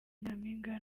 nyampinga